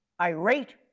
irate